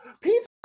Pizza